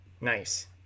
nice